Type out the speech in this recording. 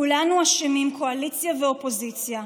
כולנו אשמים, קואליציה ואופוזיציה.